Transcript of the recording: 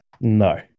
No